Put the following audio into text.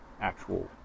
actual